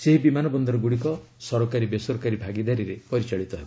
ସେହି ବିମାନ ବନ୍ଦର ଗୁଡ଼ିକ ସରକାରୀ ବେସରକାରୀ ଭାଗିଦାରୀରେ ପରିଚାଳିତ ହେବ